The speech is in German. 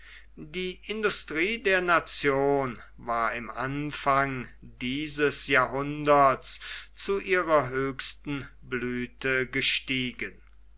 die industrie der nation war im anfang dieses jahrhunderts zu ihrer höchsten blüthe gestiegen